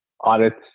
audits